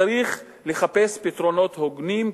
צריך לחפש פתרונות הוגנים,